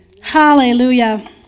Hallelujah